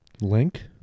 Link